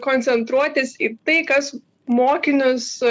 koncentruotis į tai kas mokinius